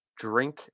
Drink